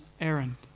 errand